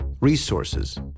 resources